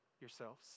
yourselves